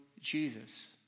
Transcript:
Jesus